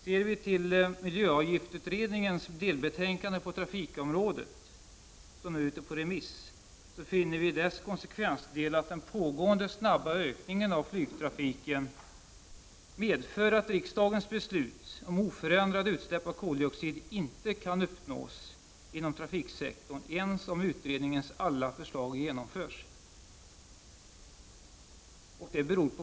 Ser vi till miljöavgiftsutredningens delbetänkande på trafikområdet, som nu är ute på remiss, finner vi i dess konsekvensdel att den pågående snabba ökningen av flygtrafiken medför att riksdagens beslut om oförändrade utsläpp av koldioxid inte kan uppnås inom trafiksektorn ens om utredningens alla förslag genomförs.